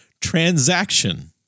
transaction